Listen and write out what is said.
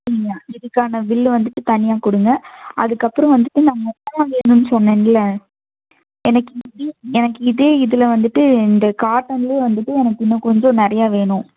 சரிங்களா இதுக்கான பில்லு வந்துட்டு தனியாகக் கொடுங்க அதுக்கப்புறம் வந்துட்டு நான் மொத்தமாக வேணுன்னு சொன்னேனில எனக்கு இதே எனக்கு இதே இதில் வந்துட்டு இந்த காட்டனிலே வந்துட்டு எனக்கு இன்னும் கொஞ்சம் நிறையா வேணும்